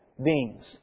beings